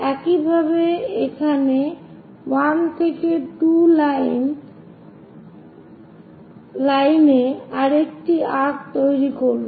একইভাবে এখানে 1 থেকে 2 লাইন থেকে আরেকটি আর্ক্ তৈরি করুন